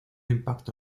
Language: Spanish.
impacto